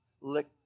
lick